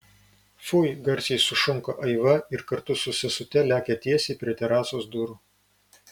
fui garsiai sušunka aiva ir kartu su sesute lekia tiesiai prie terasos durų